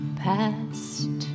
past